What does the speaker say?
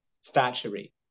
statuary